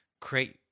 create